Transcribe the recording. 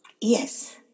Yes